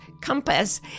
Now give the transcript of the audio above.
compass